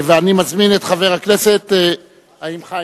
אני מזמין את חברת הכנסת אורית